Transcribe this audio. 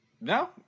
No